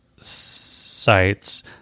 sites